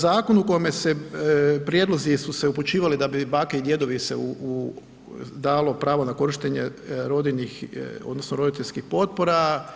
Zakon u kome se, prijedlozi su se upućivali da bi bake i djedovi se u, u dalo pravo na korištenje rodiljnih odnosno roditeljskih potpora.